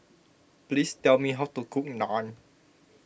please tell me how to cook Naan